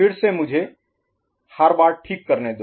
फिर से मुझे हर बार ठीक करने दो